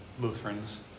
Lutherans